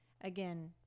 again